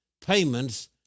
payments